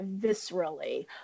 viscerally